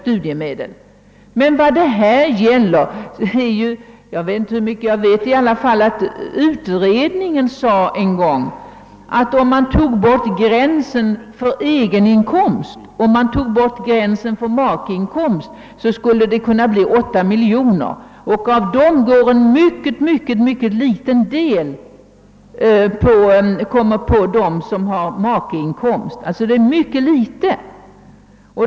Hur mycket pengar det gäller, är ju svårt att veta, men en utredning har en gång sagt att om man tog bort gränsen för egeninkomst och om man tog bort gränsen för makeinkomst, skulle det kosta 8 miljoner kronor. Av detta belopp kommer en mycket liten del på dem som har makeinkomst.